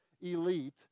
elite